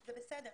זה בסדר,